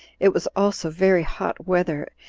it was also very hot weather,